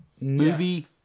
movie